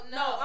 no